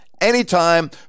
anytime